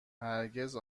هرگز